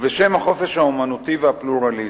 ובשם החופש האמנותי והפלורליזם.